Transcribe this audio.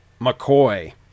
McCoy